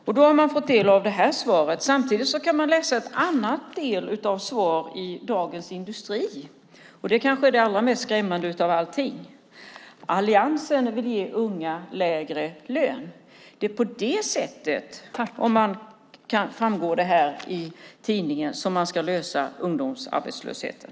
Och då har jag fått detta svar! Samtidigt kan man läsa ett annat svar i Dagens Industri, och det kanske är det allra mest skrämmande. Där kan man nämligen läsa att Alliansen vill ge unga lägre lön. Av artikeln framgår att det alltså är på det sättet man ska lösa ungdomsarbetslösheten.